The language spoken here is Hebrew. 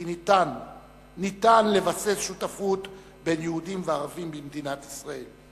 כי ניתן לבסס שותפות בין יהודים לערבים במדינת ישראל,